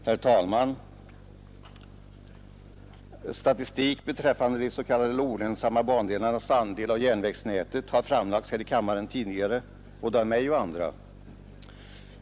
Herr talman! Statistik beträffande de s.k. olönsamma bandelarnas andel av järnvägsnätet har framlagts här i kammaren tidigare både av mig och andra.